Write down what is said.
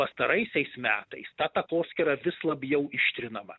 pastaraisiais metais ta takoskyra vis labiau ištrinama